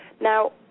Now